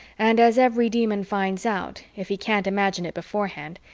and as every demon finds out, if he can't imagine it beforehand,